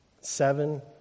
Seven